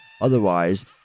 Otherwise